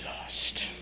lost